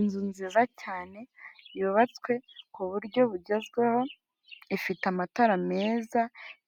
Inzu nziza cyane yubatswe ku buryo bugezweho, ifite amatara meza,